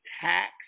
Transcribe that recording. tax